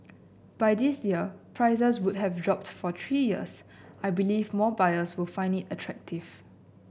by this year prices would have dropped for three years I believe more buyers will find it attractive